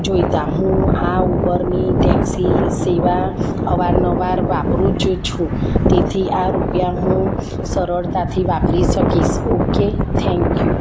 જોઈતા હું આ ઉબરની ટેક્સી સેવા અવારનવાર વાપરું જ છું તેથી આ રૂપિયા હું સરળતાથી વાપરી શકીશ ઓકે થેન્ક યુ